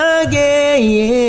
again